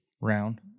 round